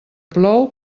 plou